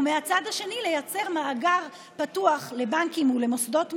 ומהצד השני לייצר מאגר פתוח לבנקים ולמוסדות מימון,